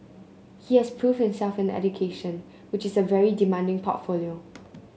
he has proved himself in education which is a very demanding portfolio